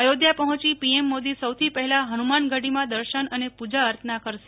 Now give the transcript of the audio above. અયોધ્યા પહોચી પીએમ મોદી સૌથી પહેલાં હનુમાનગઢીમાં દર્શન અને પૂજા અર્ચના કરશે